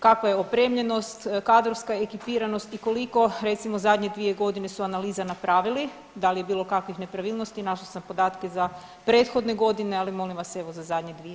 Kakva je opremljenost, kadrovska ekipiranost i koliko recimo zadnje 2 godine su analiza napravili, da li je bilo kakvih nepravilnosti, našla sam podatke za prethodne godine, ali molim vas evo za zadnje 2. Hvala.